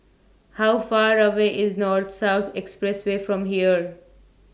How Far away IS North South Expressway from here